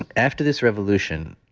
and after this revolution,